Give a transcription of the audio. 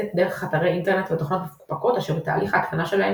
דרך אתרי אינטרנט ותוכנות מפוקפקות אשר בתהליך ההתקנה שלהן